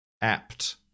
apt